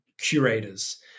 curators